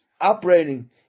operating